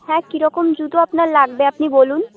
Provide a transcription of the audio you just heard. হ্যাঁ কীরকম জুতো আপনার লাগবে আপনি বলুন